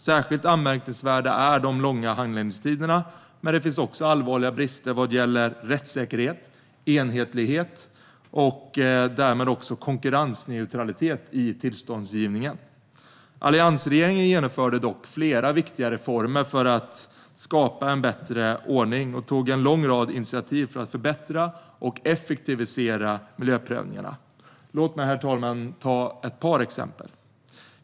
Särskilt anmärkningsvärda är de långa handläggningstiderna, men det finns också allvarliga brister vad gäller rättssäkerhet, enhetlighet och därmed också konkurrensneutralitet i tillståndsgivningen. Alliansregeringen genomförde dock flera viktiga reformer för att skapa en bättre ordning och tog en lång rad initiativ för att förbättra och effektivisera miljöprövningarna. Låt mig, herr talman, ta ett par exempel.